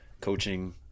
coaching